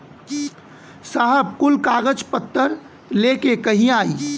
साहब कुल कागज पतर लेके कहिया आई?